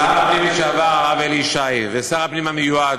שר הפנים לשעבר הרב אלי ישי ושר הפנים המיועד,